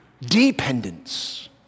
dependence